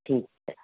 ਠੀਕ ਹੈ